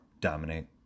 dominate